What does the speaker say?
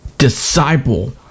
Disciple